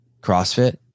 CrossFit